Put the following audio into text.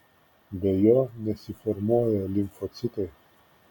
be jo nesiformuoja limfocitai